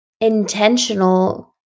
intentional